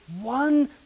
one